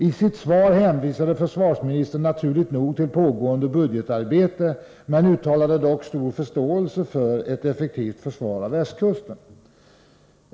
Isitt svar hänvisade försvarsministern naturligt nog till pågående budgetarbete, men uttalade stor förståelse för ett effektivt försvar av västkusten.